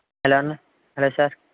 hello అన్న hello sir